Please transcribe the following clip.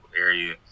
area